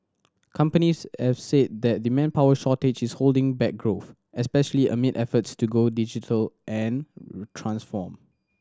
companies have said that the manpower shortage is holding back growth especially amid efforts to go digital and transform